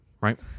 right